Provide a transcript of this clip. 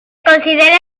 considera